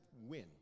win